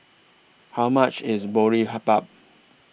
How much IS Boribap